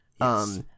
Yes